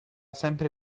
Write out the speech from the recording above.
sempre